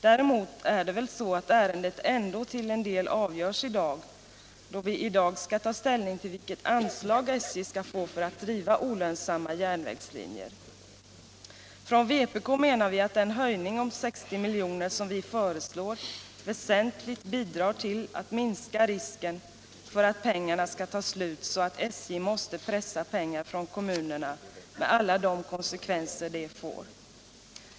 Men det är väl så att ärendet ändå till en del avgörs i dag, då vi skall ta ställning till vilket anslag SJ skall få för att driva olönsamma järnvägslinjer. Från vpk menar vi att den höjning om 60 miljoner som vi föreslår väsentligt bidrar till att minska risken för att pengarna skall ta slut så att SJ måste pressa fram mera pengar från kommunerna med alla de konsekvenser detta får.